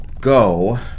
go